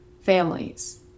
families